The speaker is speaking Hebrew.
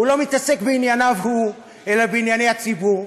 הוא לא מתעסק בענייניו הוא אלא בענייני הציבור,